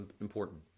important